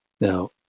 Now